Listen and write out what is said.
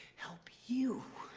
help you.